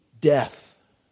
death